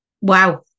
Wow